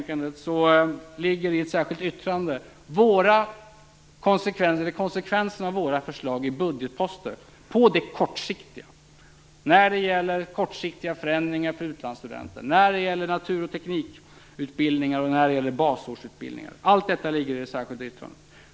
Konsekvenserna av våra budgetförslag när det gäller kortsiktiga förändringar för utlandsstudenter, natur och teknikutbildningar och basutbildningar finns beskrivna i ett särskilt yttrande.